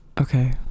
Okay